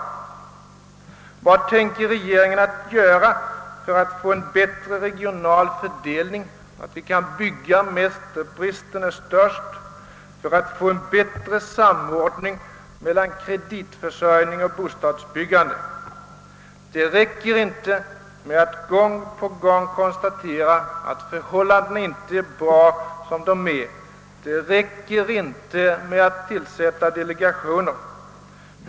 Vad tänker regeringen göra för att få en bättre regional fördelning, så att vi kan bygga mest där bristen är störst, och för att få en bättre samordning mellan kreditförsörjning och bostads byggande? Det räcker inte med att gång på gång konstatera att förhållandena inte är tillfredsställande som de är, det räcker inte med att tillsätta delegationer.